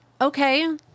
okay